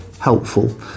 helpful